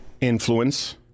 influence